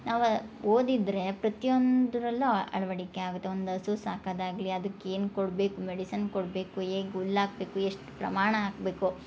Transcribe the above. ನಾವ ಓದಿದ್ದರೆ ಪ್ರತಿಯೊಂದ್ರಲ್ಲು ಅಳವಡಿಕೆ ಆಗುತ್ತೆ ಒಂದು ಅಸು ಸಾಕಾದಾಗಲಿ ಅದಕ್ಕೆ ಏನು ಕೊಡಬೇಕು ಮೆಡಿಸನ್ ಕೊಡಬೇಕು ಹೇಗೆ ಹುಲ್ಲು ಹಾಕ್ಬೇಕು ಎಷ್ಟು ಪ್ರಮಾಣ ಹಾಕ್ಬೇಕು